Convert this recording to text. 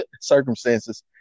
circumstances